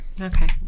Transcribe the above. okay